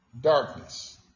darkness